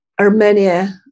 Armenia